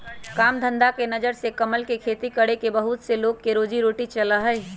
काम धंधा के नजर से कमल के खेती करके बहुत से लोग के रोजी रोटी चला हई